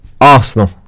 Arsenal